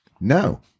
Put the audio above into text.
No